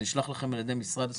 זה נשלח לכם על ידי משרד הספורט.